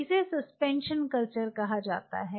इसे suspension culture कहा जाता है